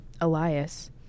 Elias